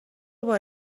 بار